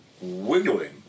Wiggling